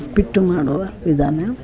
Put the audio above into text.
ಉಪ್ಪಿಟ್ಟು ಮಾಡುವ ವಿಧಾನ